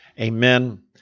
Amen